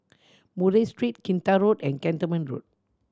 Murray Street Kinta Road and Cantonment Road